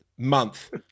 Month